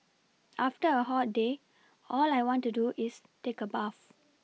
after a hot day all I want to do is take a bath